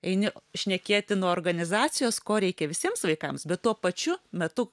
eini šnekėti nuo organizacijos ko reikia visiems vaikams bet tuo pačiu metu